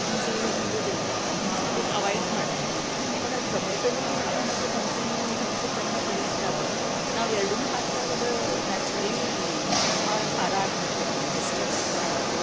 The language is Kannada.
ಹುಣಸೆ ಹುಳಿ ಹಿಂಡೋದಿಲ್ಲ ಆವಾಗ ಹುಣಸೆ ಹುಳಿ ಅವಾಯ್ಡ್ ಮಾಡ್ತೇನೆ ಯಾಕೆಂದರೆ ಟೊಮೆಟೋನೂ ಹುಳಿ ಮತ್ತು ಹುಣಸೆಯೂ ಹುಣಸೆ ಹಣ್ಣು ಹುಳಿ ಇದ್ದಾಗ ನಾವು ಎರಡೂ ಹಾಕಿದಾಗ ಅದು ನ್ಯಾಚುರಲೀ ಭಾಳ ಖಾರ ಆಗ್ಬಿಡ್ತತಿ ವೆಜ್ಟೇಬಲ್ ಕುರ್ಮ